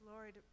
Lord